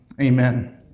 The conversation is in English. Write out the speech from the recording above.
Amen